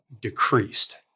decreased